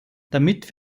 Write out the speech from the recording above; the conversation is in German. damit